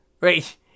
Right